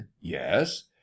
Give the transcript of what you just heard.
yes